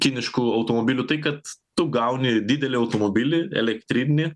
kiniškų automobilių tai kad tu gauni didelį automobilį elektrinį